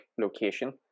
location